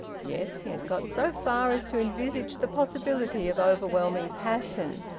yes, he had got so far as to envisage the possibility of overwhelming passion.